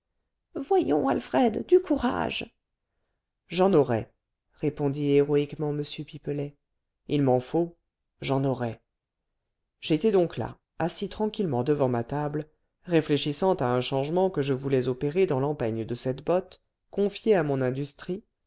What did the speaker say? voyons alfred du courage j'en aurai répondit héroïquement m pipelet il m'en faut j'en aurai j'étais donc là assis tranquillement devant ma table réfléchissant à un changement que je voulais opérer dans l'empeigne de cette botte confiée à mon industrie